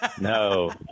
No